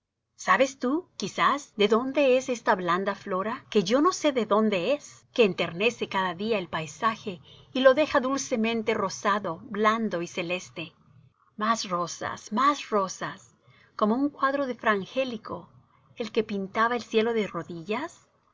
sabes tú quizás de dónde es esta blanda flora que yo no sé de dónde es que enternece cada día el paisaje y lo deja dulcemente rosado blanco y celeste mas rosas más rosas como un cuadro de fra angelico el que pintaba el cielo de rodillas